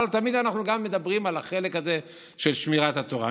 אבל תמיד אנחנו גם מדברים על החלק הזה של שמירת התורה.